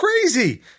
crazy